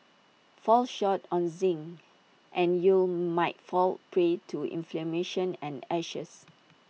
fall short on zinc and you'll might fall prey to inflammation and ashes